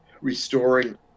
restoring